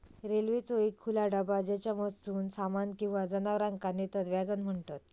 रेल्वेचो एक खुला डबा ज्येच्यामधसून सामान किंवा जनावरांका नेतत वॅगन म्हणतत